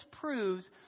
proves